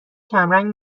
کمرنگ